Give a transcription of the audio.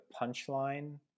punchline